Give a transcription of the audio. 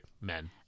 men